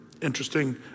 interesting